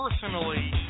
personally